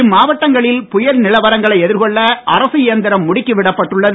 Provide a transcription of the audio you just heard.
இம்மாவட்டங்களில் புயல் நிலவரங்களை எதிர்கொள்ள அரசு இயந்திரம் முடுக்கிவிடப்பட்டுள்ளது